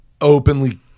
openly